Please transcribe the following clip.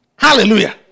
Hallelujah